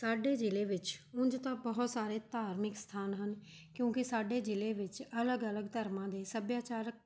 ਸਾਡੇ ਜ਼ਿਲ੍ਹੇ ਵਿੱਚ ਉਂਝ ਤਾਂ ਬਹੁਤ ਸਾਰੇ ਧਾਰਮਿਕ ਅਸਥਾਨ ਹਨ ਕਿਉਂਕਿ ਸਾਡੇ ਜ਼ਿਲ੍ਹੇ ਵਿੱਚ ਅਲੱਗ ਅਲੱਗ ਧਰਮਾਂ ਦੇ ਸੱਭਿਆਚਾਰਕ